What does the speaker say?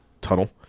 tunnel